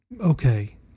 okay